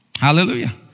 Hallelujah